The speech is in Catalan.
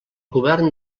govern